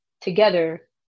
together